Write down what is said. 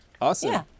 Awesome